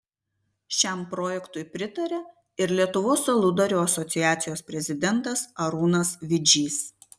šiam projektui pritaria ir lietuvos aludarių asociacijos prezidentas arūnas vidžys